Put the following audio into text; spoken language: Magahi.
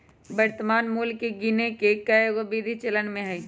वर्तमान मोल के गीने के कएगो विधि चलन में हइ